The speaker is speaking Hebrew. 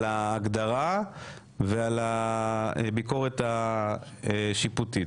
ההגדרה והביקורת השיפוטית.